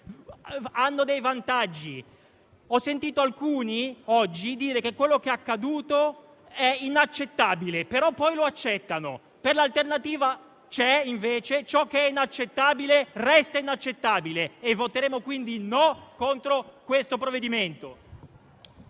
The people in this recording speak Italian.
hanno dei vantaggi. Ho sentito alcuni oggi dire che quello che è accaduto è inaccettabile, però poi lo accettano; per L'Alternativa C'è, invece, ciò che è inaccettabile resta inaccettabile. Voteremo quindi contro questo provvedimento.